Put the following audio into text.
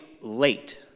late